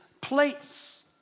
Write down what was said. place